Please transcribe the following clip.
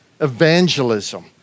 evangelism